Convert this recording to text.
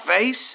face